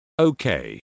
Okay